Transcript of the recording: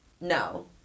no